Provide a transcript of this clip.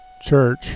Church